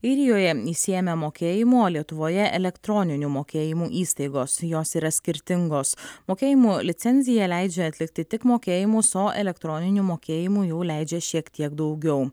airijoje išsiėmė mokėjimų o lietuvoje elektroninių mokėjimų įstaigos jos yra skirtingos mokėjimų licencija leidžia atlikti tik mokėjimus o elektroninių mokėjimų jau leidžia šiek tiek daugiau